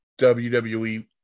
WWE